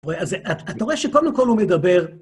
אתה רואה אז אתה רואה שקודם כל הוא מדבר...